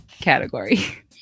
category